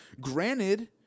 Granted